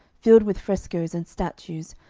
filled with frescoes and statues,